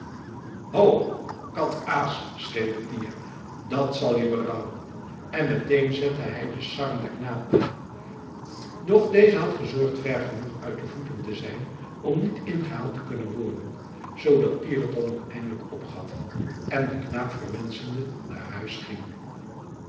ho kat aas schreeuwde pier dat zal je berouwen en meteen zette hij den sarrenden knaap na doch deze had gezorgd ver genoeg uit de voeten te zijn om niet ingehaald te kunnen worden zoodat pier het dan ook eindelijk opgaf en den knaap verwenschende naar huis ging